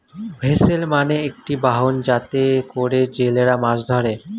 vessel মানে একটি বাহন যাতে করে জেলেরা মাছ ধরে